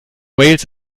wales